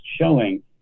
showing